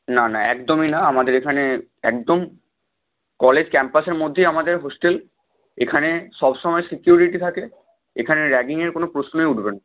না না একদমই না আমাদের এখানে একদম কলেজ ক্যাম্পাসের মধ্যেই আমাদের হোস্টেল এখানে সবসময় সিকিউরিটি থাকে এখানে র্যাগিংয়ের কোনো প্রশ্নই উঠবে না